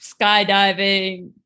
skydiving